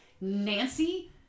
Nancy